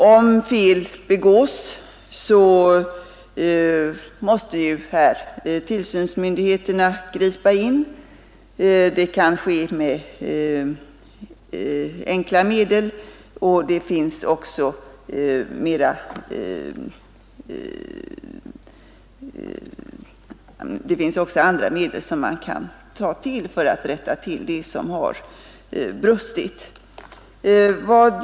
Om fel begås måste ju tillsynsmyndigheterna gripa in. Detta kan ske med enkla medel, och det finns också andra medel som man kan ta till för att rätta det som har brustit.